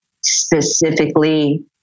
specifically